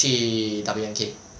去 W_N_K